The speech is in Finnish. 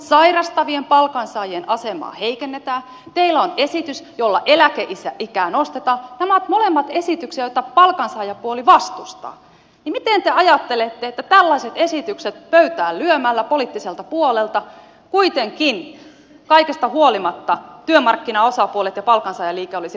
sairastavien palkansaajien asemaa heikennetään teillä on esitys jolla eläkeikää nostetaan ja nämä ovat molemmat esityksiä joita palkansaajapuoli vastustaa niin miten te ajattelette että tällaiset esitykset pöytään lyömällä poliittiselta puolelta kuitenkin kaikesta huolimatta työmarkkinaosapuolet ja palkansaajaliike olisivat valmiit sopimaan